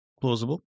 plausible